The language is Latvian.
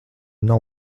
nav